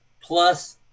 Plus